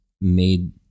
made